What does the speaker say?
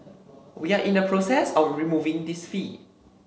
we are in the process of removing this fee